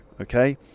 okay